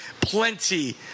plenty